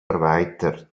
erweitert